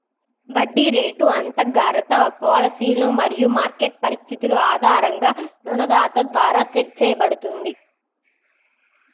వడ్డీ రేటు అంతర్గత పాలసీలు మరియు మార్కెట్ పరిస్థితుల ఆధారంగా రుణదాత ద్వారా సెట్ చేయబడుతుంది